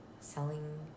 selling